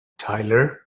tyler